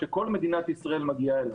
שכל מדינת ישראל מגיעה אליהם.